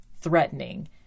threatening